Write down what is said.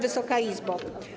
Wysoka Izbo!